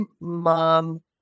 mom